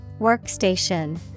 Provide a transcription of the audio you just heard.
Workstation